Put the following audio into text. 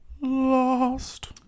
Lost